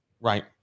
right